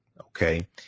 okay